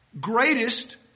Greatest